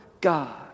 God